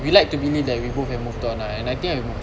we like to believe that we both have moved on ah and I think I moved on